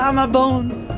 um ah bones.